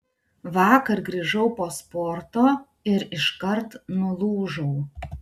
vakar grįžau po sporto ir iškart nulūžau